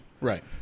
Right